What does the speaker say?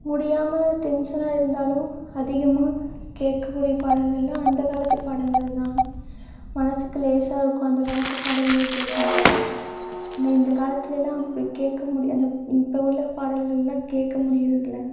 முடியாமல் டென்ஷனாக இருந்தாலும் அதிகமாக கேட்கக் கூடிய பாடல்கள்னால் அந்தக் காலத்துப் பாடல்கள் தான் மனதுக்கு லேசாக இருக்கும் அந்தக் காலத்துப் பாடல்கள் கேட்கும் போது ஆனால் இந்தக் காலத்துலெலாம் அப்படி கேட்க முடி அந்த இப்போ உள்ள பாடல்களெலாம் கேட்க முடிகிறதில்ல